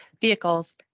vehicles